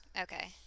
Okay